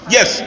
Yes